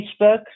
Facebook